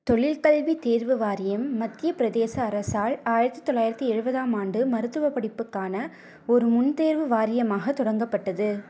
தொழிற்கல்வி தேர்வு வாரியம் மத்தியப் பிரதேச அரசால் ஆயிரத்தி தொள்ளாயிரத்தி எழுபதாம் ஆண்டு மருத்துவப் படிப்புக்கான ஒரு முன் தேர்வு வாரியமாகத் தொடங்கப்பட்டது